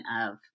of-